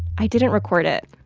i didn't record it.